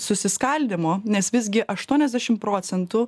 susiskaldymo nes visgi aštuoniasdešim procentų